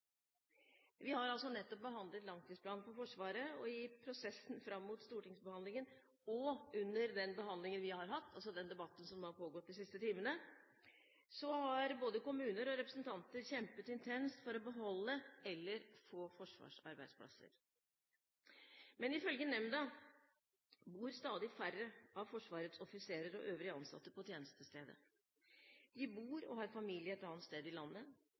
hatt – altså debatten som har pågått de siste timene – har både kommuner og representanter kjempet intenst for å beholde eller få forsvarsarbeidsplasser. Men ifølge nemnda bor stadig færre av Forsvarets offiserer og øvrige ansatte på tjenestestedet. De bor og har familie et annet sted i landet.